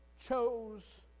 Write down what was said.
chose